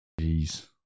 Jeez